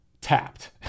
tapped